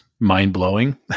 mind-blowing